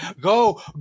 Go